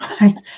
right